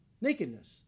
nakedness